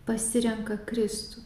pasirenka kristų